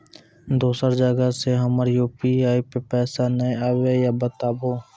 दोसर जगह से हमर यु.पी.आई पे पैसा नैय आबे या बताबू?